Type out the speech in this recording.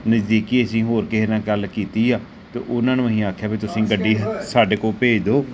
ਨਜ਼ਦੀਕੀ ਅਸੀਂ ਹੋਰ ਕਿਸੇ ਨਾਲ ਗੱਲ ਕੀਤੀ ਆ ਅਤੇ ਉਹਨਾਂ ਨੂੰ ਅਸੀਂ ਆਖਿਆ ਵੀ ਤੁਸੀਂ ਗੱਡੀ ਸਾਡੇ ਕੋਲ ਭੇਜ ਦਿਓ